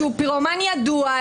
שהוא פירומן ידוע,